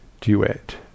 duet